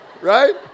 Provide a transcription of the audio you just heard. right